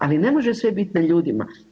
Ali ne može sve biti na ljudima.